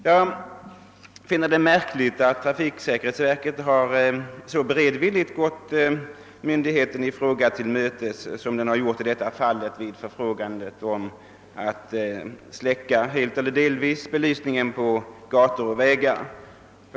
Jag finner det märkligt att trafiksäkerhetsverket så beredvilligt gått myndigheten i fråga till mötes i detta fall när det gäller frågan om att släcka belysningen på gator och vägar helt eller delvis.